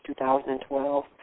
2012